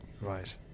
right